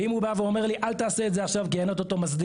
אם הוא בא ואומר לי: "אל תעשה את זה עכשיו כי אני אוטוטו מסדיר",